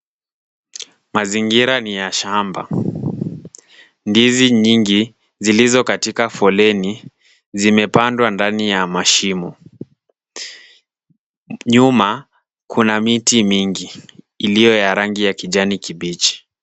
Mazingira ni ya shamba. Ndizi nyingi zilizo katika foleni zimepandwa ndani ya mashimo. Nyuma, kuna miti mingi iliyo ya rangi ya kijani kibichi.